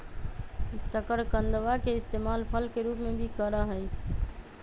शकरकंदवा के इस्तेमाल फल के रूप में भी करा हई